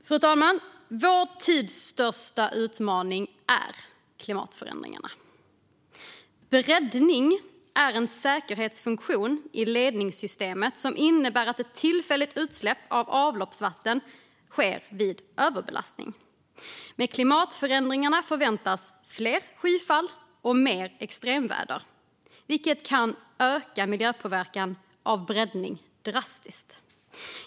Fru talman! Vår tids största utmaning är klimatförändringarna. Bräddning är en säkerhetsfunktion i ledningssystemet som innebär att ett tillfälligt utsläpp av avloppsvatten sker vid överbelastning. Med klimatförändringarna förväntas fler skyfall och mer extremväder, vilket kan öka miljöpåverkan av bräddning drastiskt.